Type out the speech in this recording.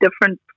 different